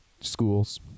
schools